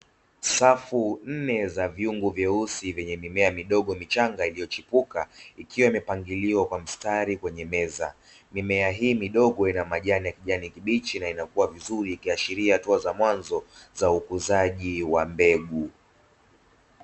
Safu nne za vyungu vyeusi vyenye mimea midogo michanga iliyochipuka ikiwa imeoangiliwa kwa mstari kwenye meza, mimea hii midogo ina majani ya kijani kibichi na inakua vizuri ikiashiria hatua za mwanzo, za ukuzaji wa mbegu.